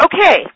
okay